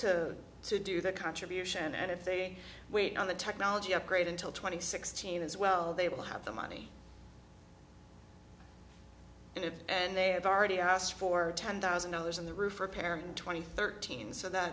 to to do their contribution and if they wait on the technology upgrade until twenty sixteen as well they will have the money and they have already asked for ten thousand dollars in the roof or a parent twenty thirteen so that